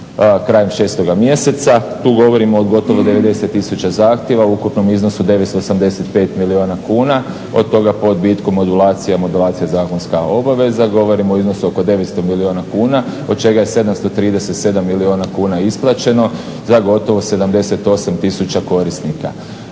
krajem 6.mjeseca. tu govorimo od gotovo 90 tisuća zahtjeva u ukupnom iznosu 985 milijuna kuna, od toga po odbitku modulacije, modulacija zakonska obaveza govorimo o iznosu oko 900 milijuna kuna od čega je 737 milijuna kuna isplaćeno za gotovo 78 tisuća korisnika.